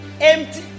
empty